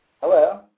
Hello